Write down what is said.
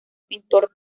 pintor